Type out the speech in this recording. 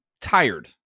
tired